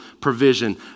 provision